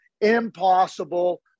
Impossible